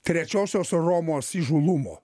trečiosios romos įžūlumo